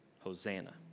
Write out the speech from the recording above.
Hosanna